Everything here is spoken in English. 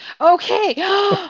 Okay